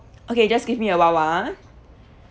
okay just give me awhile ah